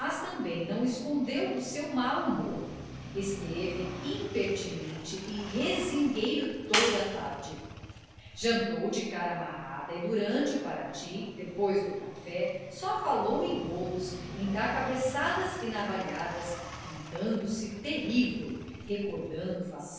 também não escondeu o seu mau humor esteve impertinente e rezingueiro toda a tarde jantou de cara amarrada e durante o parati depois do café só falou em rolos em dar cabeçadas e navalhadas pintando se terrível recordando